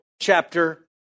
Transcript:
chapter